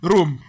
Room